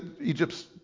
Egypt's